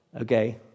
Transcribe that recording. Okay